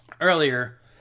earlier